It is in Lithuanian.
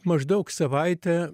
maždaug savaitę